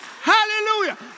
Hallelujah